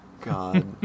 god